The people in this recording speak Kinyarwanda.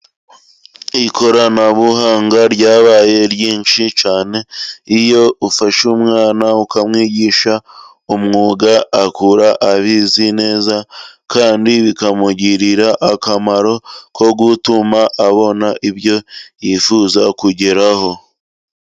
Ikoranabuhanga ryabaye ryinshi cyane. Iyo ufashe umwana ukamwigisha umwuga, akura abizi neza kandi bikamugirira akamaro ko gutuma abona ibyo yifuza kugeraho.